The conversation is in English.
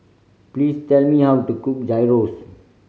please tell me how to cook Gyros